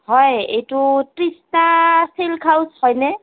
হয় এইটো Trishna silk house হয়নে